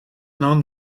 non